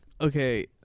okay